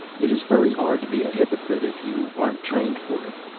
it is very hard to be a hypocrite if you aren't trained for it.